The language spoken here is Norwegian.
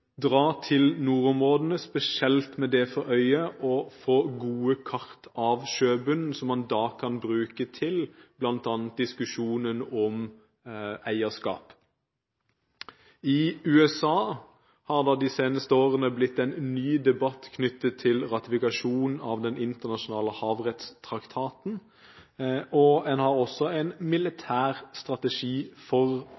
dra til nordområdene spesielt med det for øye å få gode kart av sjøbunnen, som man da kan bruke til bl.a. diskusjonen om eierskap. I USA har det de seneste årene blitt en ny debatt knyttet til ratifikasjonen av den internasjonale havrettstraktaten, og man har også en